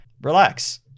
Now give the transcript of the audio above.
Relax